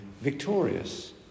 victorious